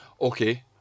okay